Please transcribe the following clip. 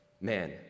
man